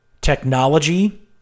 technology